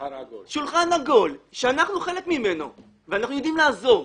שולחן עגול שאנחנו חלק ממנו ואנחנו יודעים לעזור.